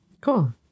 Cool